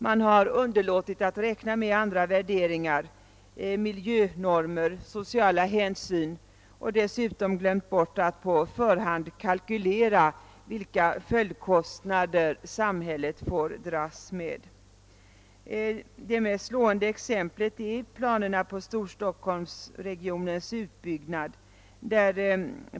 Man har underlåtit att räkna med andra värderingar, miljönormer och sociala hänsyn, och man har dessutom glömt bort att på förhand kalkylera med vilka följdkostnader samhället får dras med. Det mest slående exemplet är Storstockholmsregionens utbyggnad.